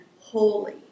holy